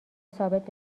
ثابت